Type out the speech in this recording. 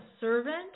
servant